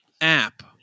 app